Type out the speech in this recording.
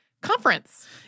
Conference